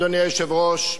אדוני היושב-ראש,